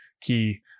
key